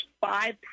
five